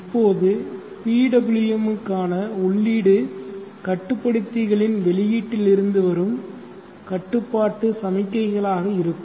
இப்போது PWM க்கான உள்ளீடு கட்டுப்படுத்திகளின் வெளியீட்டில் இருந்து வரும் கட்டுப்பாட்டு சமிக்ஞைகளாக இருக்கும்